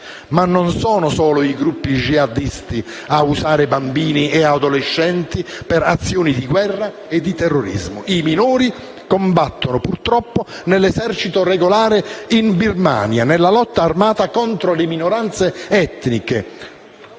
Ma non sono solo i gruppi jihadisti a usare bambini e adolescenti per azioni di guerra e di terrorismo. I minori combattono, purtroppo, nell'esercito regolare in Birmania, nella lotta armata contro le minoranze etniche,